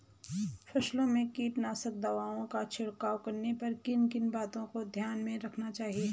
फसलों में कीटनाशक दवाओं का छिड़काव करने पर किन किन बातों को ध्यान में रखना चाहिए?